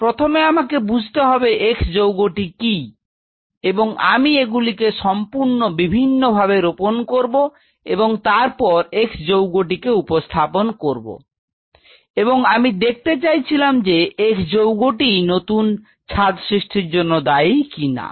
প্রথমে আমাকে বুঝতে হবে x যৌগটি কি এবং আমি এগুলিকে সম্পূর্ণ বিচ্ছিন্নভাবে রোপণ করব এবং তারপর x যৌগটিকে উপস্থাপন করব এবং আমি দেখতে চাইছিলাম যে x যৌগটিই নতুন ছাদ সৃষ্টির জন্য দায়ী কিনা